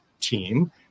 team